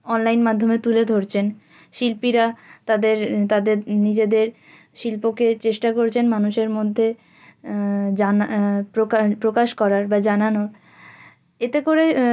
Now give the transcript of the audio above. online মাধ্যমে তুলে ধরছেন শিল্পীরা তাদের তাদের নিজেদের শিল্পকে চেষ্টা করছেন মানুষের মধ্যে জানা প্রকাশ করার বা জানানোর এতে করে